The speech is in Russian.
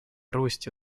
росте